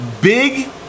Big